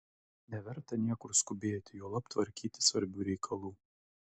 neverta niekur skubėti juolab tvarkyti svarbių reikalų